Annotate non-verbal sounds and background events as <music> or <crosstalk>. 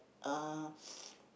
uh <noise>